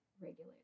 regulated